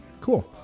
Cool